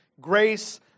grace